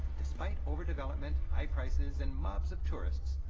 despite overdevelopment, high prices, and mobs of tourists,